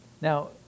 Now